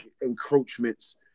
encroachments